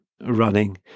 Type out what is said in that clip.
running